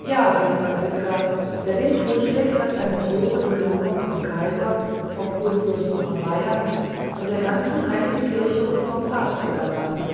ja rief franziska wer den totschlägt hat eine große belohnung vom kaiser vom kurfürsten von bayern von der ganzen heiligen kirchen und vom papste zu erwarten